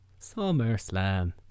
SummerSlam